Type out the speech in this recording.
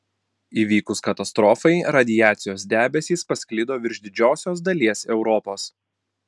įvykus katastrofai radiacijos debesys pasklido virš didžiosios dalies europos